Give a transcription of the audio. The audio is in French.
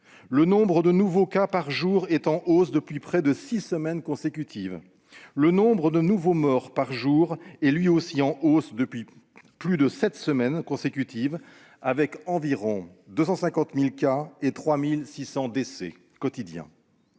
Le nombre de nouveaux cas par jour est en hausse depuis près de six semaines. Le nombre de nouveaux morts par jour est lui aussi en hausse depuis un peu plus de sept semaines, avec environ 250 000 cas et 3 600 décès quotidiens.